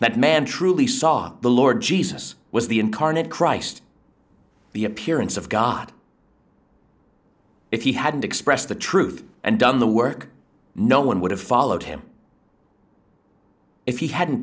that man truly saw the lord jesus was the incarnate christ the appearance of god if he hadn't expressed the truth and done the work no one would have followed him if he hadn't